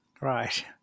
Right